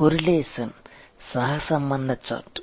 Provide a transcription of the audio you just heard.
correlation సహసంబంధ chart